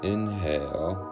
Inhale